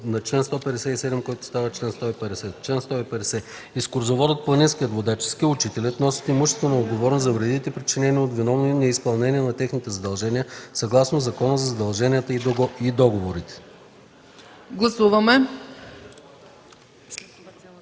на чл. 157, който става чл. 150: „Чл. 150. Екскурзоводът, планинският водач и ски учителят носят имуществена отговорност за вредите, причинени от виновно неизпълнение на техните задължения, съгласно Закона за задълженията и договорите.”